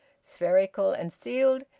spherical and sealed,